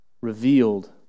revealed